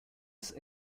this